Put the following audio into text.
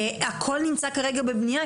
הכל נמצא כרגע בבנייה,